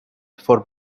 for